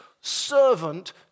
servant